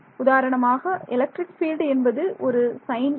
உதாரணமாக electric field என்பது ஒரு சைன் அலை